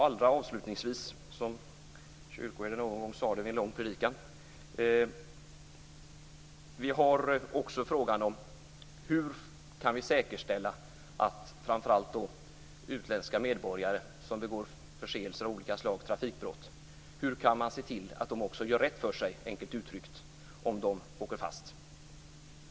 Allra avslutningsvis, som kyrkoherden någon gång sade vid en lång predikan, har vi också frågan om hur vi kan säkerställa att framför allt utländska medborgare som gör sig skyldiga till förseelser av olika slag, t.ex. trafikbrott, också gör rätt för sig - enkelt uttryckt - om de åker fast.